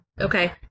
Okay